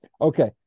Okay